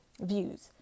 views